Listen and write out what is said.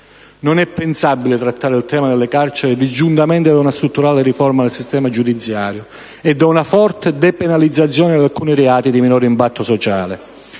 Non è pensabile trattare il tema delle carceri disgiuntamente da una strutturale riforma del sistema giudiziario e da una forte depenalizzazione di alcuni reati di minor impatto sociale.